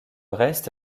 reste